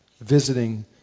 visiting